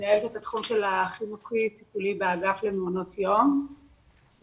על זה שהנושא עולה